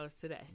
today